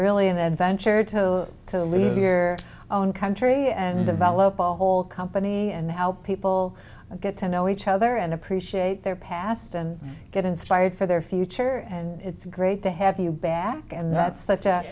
really an adventure to to leave here own country and develop our whole company and how people get to know each other and appreciate their past and get inspired for their future and it's great to have you back and that's such